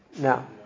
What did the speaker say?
Now